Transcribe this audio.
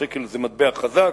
השקל הוא מטבע חזק,